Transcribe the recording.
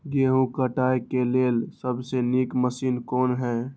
गेहूँ काटय के लेल सबसे नीक मशीन कोन हय?